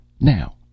Now